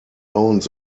owns